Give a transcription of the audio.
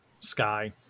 sky